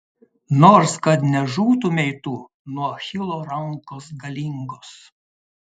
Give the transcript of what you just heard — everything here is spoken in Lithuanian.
nors kad nežūtumei tu nuo achilo rankos galingos